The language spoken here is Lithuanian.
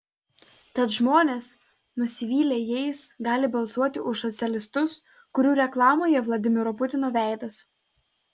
tad žmonės nusivylę jais gali balsuoti už socialistus kurių reklamoje vladimiro putino veidas